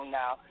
now